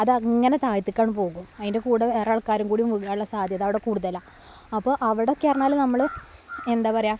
അതങ്ങനെ താഴത്തകങ്ങടെ പോകും അതിൻ്റെ കൂടെ വേറാൾക്കാരും കൂടി മുങ്ങാനുള്ള സാദ്ധ്യത അവിടെ കൂടുതലാ അപ്പോൾ അവിടെയൊക്കെയായിരുന്നാലും നമ്മൾ എന്താ പറയുക